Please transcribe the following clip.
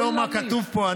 זה לא מה שכתוב פה.